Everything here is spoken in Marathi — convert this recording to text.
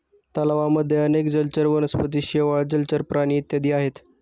तलावांमध्ये अनेक जलचर वनस्पती, शेवाळ, जलचर प्राणी इत्यादी आहेत